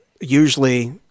Usually